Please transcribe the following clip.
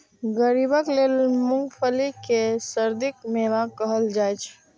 गरीबक लेल मूंगफली कें सर्दीक मेवा कहल जाइ छै